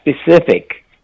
specific